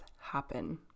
happen